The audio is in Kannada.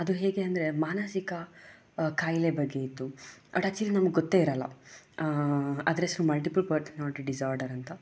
ಅದು ಹೇಗೆ ಅಂದರೆ ಮಾನಸಿಕ ಖಾಯಿಲೆ ಬಗ್ಗೆ ಇತ್ತು ಅದು ಆಕ್ಚುವಲಿ ನಮ್ಗೆ ಗೊತ್ತೇ ಇರೋಲ್ಲ ಅದರ ಹೆಸರು ಮಲ್ಟಿಪಲ್ ಪಾರ್ಟ್ ನಾಟ್ ಡಿಸಾರ್ಡರ್ ಅಂತ